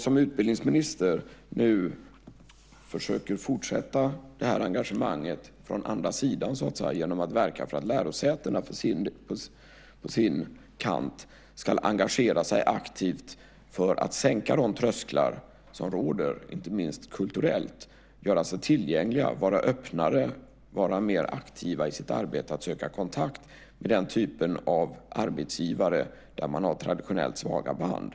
Som utbildningsminister försöker jag nu fortsätta engagemanget från andra sidan genom att verka för att lärosätena på sin kant ska engagera sig aktivt för att sänka de trösklar som finns, inte minst kulturellt, och göra sig tillgängliga, vara öppnare och vara mer aktiva i sitt arbete att söka kontakt med den typen av arbetsgivare där man har traditionellt svaga band.